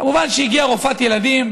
כמובן שהגיעה רופאת ילדים,